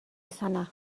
izana